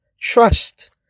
trust